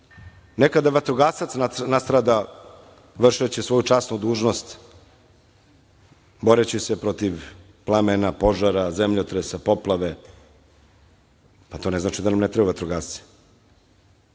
nekada vatrogasac nastrada vršeći svoju dužnost časno, boreći se protiv plamena, požara, zemljotresa, poplave, pa to ne znači da nam ne trebaju vatrogasci.I